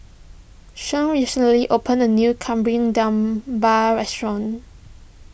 Shon recently opened a new Kari Debal restaurant